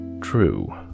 True